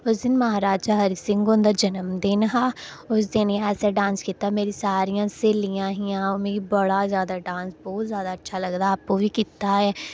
उस दिन महाराजा हरि सिंह हुंदा जन्मदिन हा उस दिन असें डांस कीता मेरी सारियां स्हेलियां हियां होर मिगी बड़ा ज्यादा डांस बहुत ज्यादा अच्छा लगदा आपूं बी कीता ऐ